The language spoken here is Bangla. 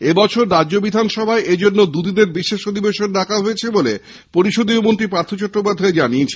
এবছর রাজ্য বিধানসভায় এই জন্যে দুদিনের বিশেষ অধিবেশন ডাকা হয়েছে বলে পরিষদীয় মন্ত্রী পার্থ চট্টোপাধ্যায় জানিয়েছেন